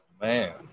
Man